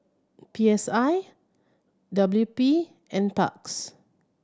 P S I W P Nparks